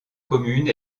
commune